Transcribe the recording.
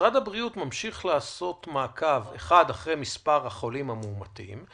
משרד הבריאות ימשיך לעשות מעקב אחרי מספר החולים המאומתים,